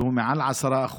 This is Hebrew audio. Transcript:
והוא מעל 10%,